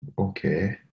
Okay